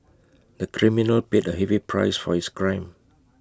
the criminal paid A heavy price for his crime